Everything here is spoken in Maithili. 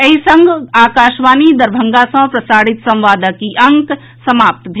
एहि संग आकाशवाणी दरभंगा सँ प्रसारित संवादक ई अंक समाप्त भेल